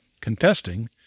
contesting